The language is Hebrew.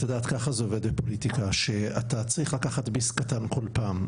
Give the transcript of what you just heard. את יודעת ככה זה עובד בפוליטיקה שאתה צריך לקחת ביס קטן כל פעם,